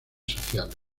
sociales